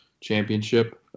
championship